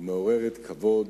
ומעוררת כבוד